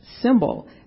symbol